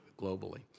globally